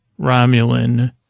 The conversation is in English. Romulan